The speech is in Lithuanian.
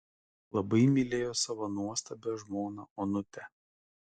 labai mylėjo savo nuostabią žmoną onutę